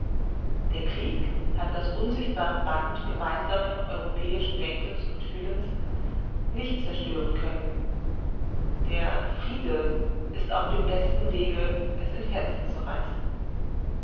der krieg hat das unsichtbare band gemeinsamen europäischen denkens und fühlens nicht zerstören können der friede ist auf dem besten wege es in fetzen zu reißen